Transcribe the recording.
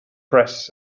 press